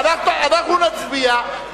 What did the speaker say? אנחנו נצביע.